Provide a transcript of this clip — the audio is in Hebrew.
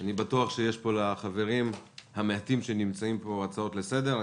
אני בטוח שיש לחברים המעטים שנמצאים פה הצעות לסדר.